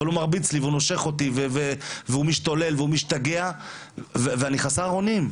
אבל הוא מרביץ לי ונושך אותי וכל היום משתגע ואני חסר אונים.